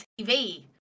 TV